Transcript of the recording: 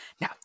Now